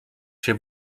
się